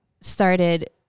started